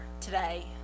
today